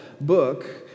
book